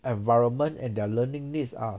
environment and their learning needs are